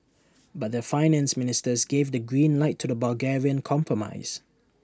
but their finance ministers gave the green light to the Bulgarian compromise